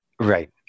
Right